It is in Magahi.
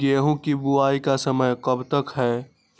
गेंहू की बुवाई का समय कब तक है?